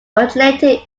originated